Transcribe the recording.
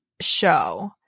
show